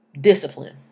discipline